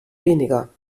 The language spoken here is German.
weniger